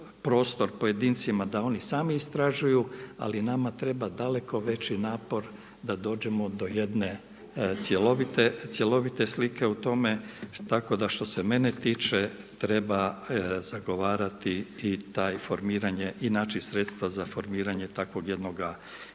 prostor pojedincima da oni sami istražuju ali nama treba daleko veći napor da dođemo do jedne cjelovite slike u tome. Tako da što se mene tiče treba zagovarati i to formiranje, i naći sredstva za formiranje takvog jednog